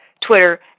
Twitter